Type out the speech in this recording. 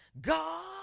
God